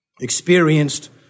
experienced